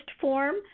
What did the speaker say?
form